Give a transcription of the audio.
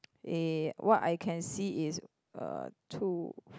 eh what I can see is uh two